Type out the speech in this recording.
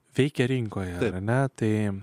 veikia rinkoje metai